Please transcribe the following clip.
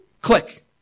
Click